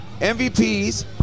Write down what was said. MVPs